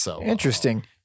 Interesting